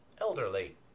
elderly